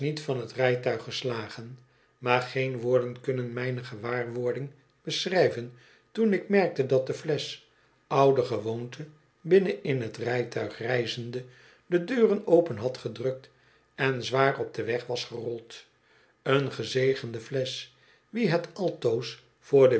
van t rijtuig geslagen maar geen woorden kunnen mijne gewaarwording beschrijven toen ik merkte dat de flesch oudergewoonte binnen in t rijtuig reizende de deuren open had gedrukt en zwaar op den weg was gerold een gezegende flesch wie het altoos voor den